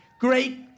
great